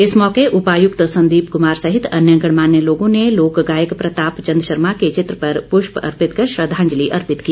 इस मौके उपायुक्त संदीप कुमार सहित अन्य गणमान्य लोगों ने लोक गायक प्रताप चंद शर्मा के चित्र पर पृष्य अर्पित कर श्रद्वांजलि अर्पित की